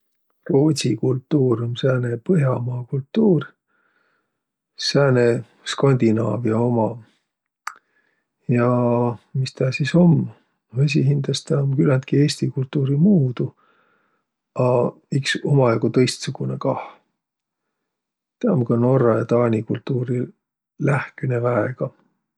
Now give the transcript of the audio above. Roodsi kultuur um sääne põh'amaa kultuur, sääne Skandinaavia uma. Ja mis tä sis um? Esiqhindäst tä um küländki eesti kultuuri muudu, a iks umajago tõistsugunõ kah. Tä um ka norra ja taani kultuuri lähküne väega.